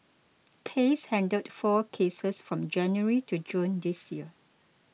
case handled four cases from January to June this year